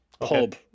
pub